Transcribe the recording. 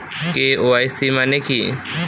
KYC মানে কি?